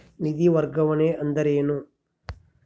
ನಿಧಿ ವರ್ಗಾವಣೆ ಅಂದರೆ ಏನು?